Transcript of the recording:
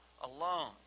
alone